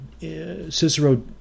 Cicero